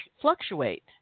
fluctuate